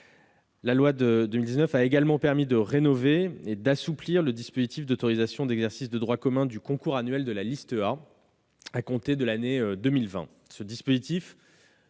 La loi de 2019 a également rénové et assoupli le dispositif d'autorisation d'exercice de droit commun du concours annuel de la liste A à compter de l'année 2020.